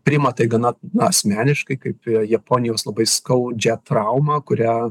priima tai gana asmeniškai kaip japonijos labai skaudžią traumą kurią